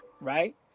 right